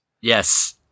Yes